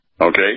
okay